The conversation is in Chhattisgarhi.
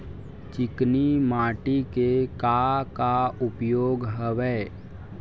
चिकनी माटी के का का उपयोग हवय?